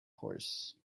horse